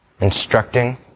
instructing